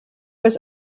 was